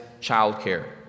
childcare